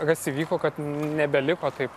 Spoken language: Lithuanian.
kas įvyko kad nebeliko taip